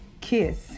Kiss